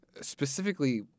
specifically